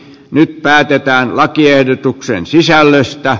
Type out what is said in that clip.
nyt päätetään lakiehdotuksen sisällöstä